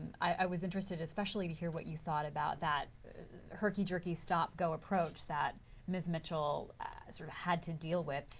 i was interested, especially to hear what you thought about that herky-jerky, stop go approach that ms. mitchell sort of had to deal with.